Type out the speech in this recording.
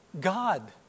God